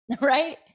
right